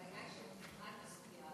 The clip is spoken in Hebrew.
הבעיה היא שמפעל מסוים,